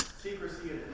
secrecy,